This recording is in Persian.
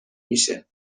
میشه